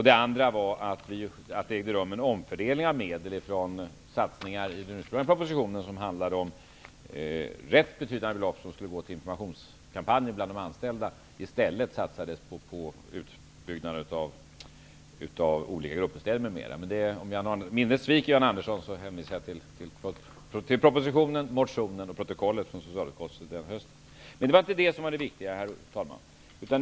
Det andra var att det ägde rum en omfördelning av medel från satsningar som nämndes i den ursprungliga propositionen. Det handlade om rätt betydande belopp som skulle gå till informationskampanjer bland de anställda. I stället satsades de på utbyggnad av olika gruppbostäder m.m. Om minnet sviker Jan Andersson hänvisar jag till propositionen, motionen och protokollet från socialutskottet den hösten. Herr talman! Det var inte detta som var det viktiga.